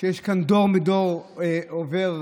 ועובר